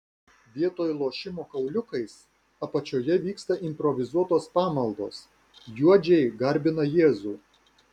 vietoj lošimo kauliukais apačioje vyksta improvizuotos pamaldos juodžiai garbina jėzų